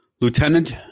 Lieutenant